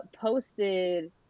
posted